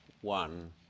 one